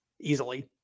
easily